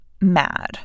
mad